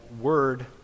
word